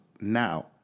now